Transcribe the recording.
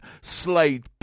Slade